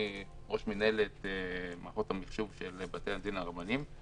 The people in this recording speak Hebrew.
ראש מנהלת מערכות המחשוב של בתי-הדין הרבניים.